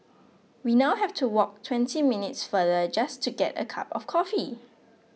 we now have to walk twenty minutes farther just to get a cup of coffee